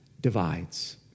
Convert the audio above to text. divides